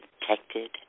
protected